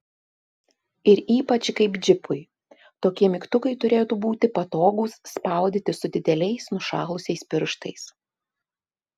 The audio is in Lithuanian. ir ypač kaip džipui tokie mygtukai turėtų būti patogūs spaudyti su dideliais nušalusiais pirštais